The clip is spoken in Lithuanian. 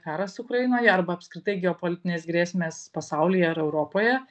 karas ukrainoje arba apskritai geopolitinės grėsmės pasaulyje ir europoje